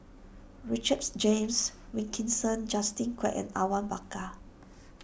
Richards James Wilkinson Justin Quek and Awang Bakar